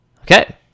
Okay